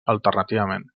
alternativament